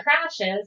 crashes